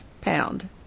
pound